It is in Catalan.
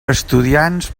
estudiants